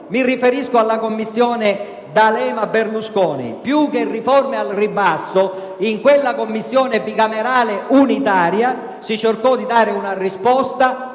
Mi riferisco alla Commissione bicamerale D'Alema-Berlusconi: più che riforme al ribasso, in quella Commissione bicamerale unitaria si cercò di dare una risposta